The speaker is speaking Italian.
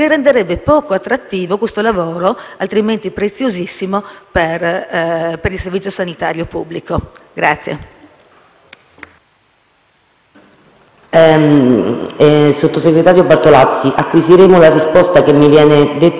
Sottosegretario Bartolazzi, acquisiremo la risposta, che mi viene detto essere più lunga, agli atti, in maniera tale che la senatrice potrà prenderne visione.